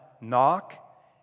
Knock